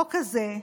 החוק הזה,